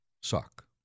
suck